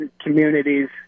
communities